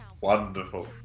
Wonderful